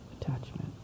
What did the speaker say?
attachment